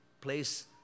place